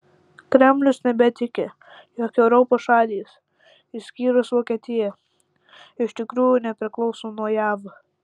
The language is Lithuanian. kremlius nebetiki jog europos šalys išskyrus vokietiją iš tikrųjų nepriklauso nuo jav